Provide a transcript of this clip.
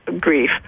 grief